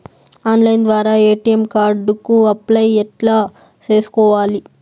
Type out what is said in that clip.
Online ద్వారా ATM card కు apply ఎట్లా సేసుకోవాలి?